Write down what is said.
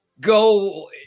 go